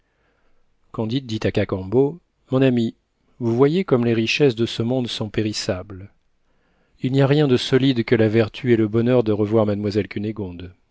candide dit à cacambo mon ami vous voyez comme les richesses de ce monde sont périssables il n'y a rien de solide que la vertu et le bonheur de revoir mademoiselle